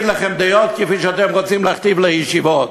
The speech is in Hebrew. להגיד לכם דעות כפי שאתם רוצים להכתיב לישיבות.